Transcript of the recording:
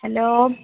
hello